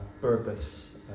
purpose